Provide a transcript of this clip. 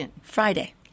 Friday